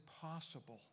possible